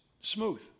smooth